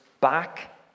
back